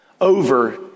over